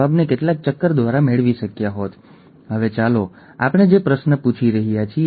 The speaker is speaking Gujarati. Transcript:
આપણે સિકલ સેલ રોગ જોઈ ચૂક્યા છીએ ચાલો આપણે આની સમીક્ષા કરીએ